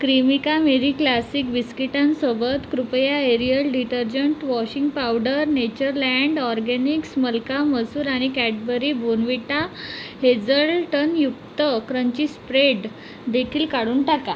Cremica Marie classic बिस्किटांसोबत कृपया Ariel detergent washing powder Natureland organics मलका मसूर आणि कॅडबरी बोर्नव्हिटा हे जलटनयुक्त क्रंची स्प्रेड देखील काढून टाका